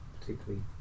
particularly